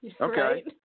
okay